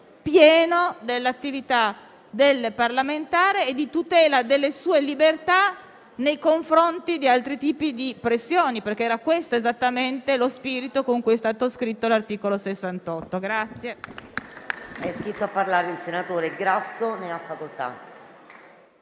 pieno dell'attività del parlamentare e di tutela delle sue libertà nei confronti di altri tipi di pressioni, esattamente lo spirito con cui è stato scritto l'articolo 68 della